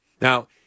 Now